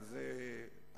לזאת היא התכוונה.